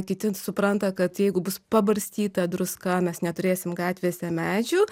kiti supranta kad jeigu bus pabarstyta druska mes neturėsim gatvėse medžių